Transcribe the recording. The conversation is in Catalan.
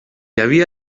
havia